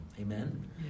Amen